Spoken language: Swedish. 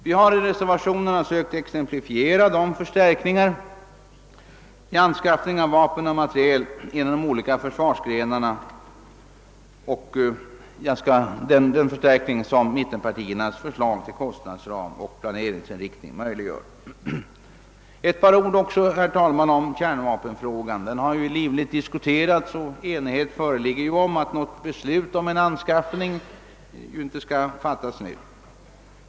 Vi har i reservationerna sökt exemplifiera den förstärkning i anskaffningen av vapen och materiel som mittenpartiernas förslag till kostnadsram och planeringsinriktning möjliggör inom de olika försvarsgrenarna. Några ord också, herr talman, om kärnvapenfrågan. Den har livligt diskuterats, och enighet råder om att beslut om anskaffning av kärnvapen inte skall fattas nu.